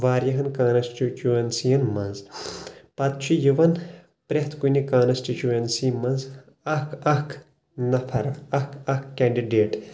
واریاہن کانسچُونسِین منٛز پتہٕ چُھ یِوان پرٛتھ کُنہِ کانسٹِچُونسی منٛز اکھ اکھ نفر اکھ اکھ کینڑِڈیٹ